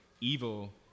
evil